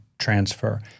transfer